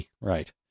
right